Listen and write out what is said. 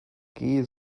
geh